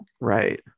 right